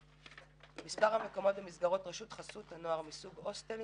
מספר המקומות במסגרות רשות חסות הנוער מסוג הוסטלים,